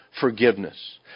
forgiveness